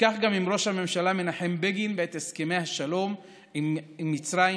כך גם עם ראש הממשלה מנחם בגין בעת הסכמי השלום עם מצרים,